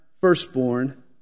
firstborn